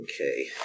Okay